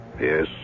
Yes